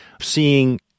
seeing